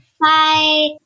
Bye